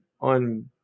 on